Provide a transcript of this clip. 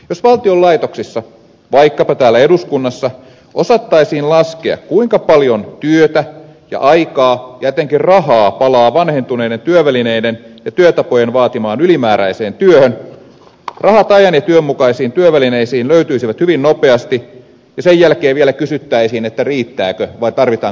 jos valtion laitoksissa vaikkapa täällä eduskunnassa osattaisiin laskea kuinka paljon työtä ja aikaa ja etenkin rahaa palaa vanhentuneiden työvälineiden ja työtapojen vaatimaan ylimääräiseen työhön rahat ajan ja työnmukaisiin työvälineisiin löytyisivät hyvin nopeasti ja sen jälkeen vielä kysyttäisiin riittääkö vai tarvitaanko lisää